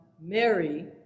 Mary